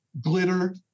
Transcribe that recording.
glitter